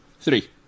Three